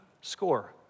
score